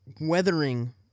weathering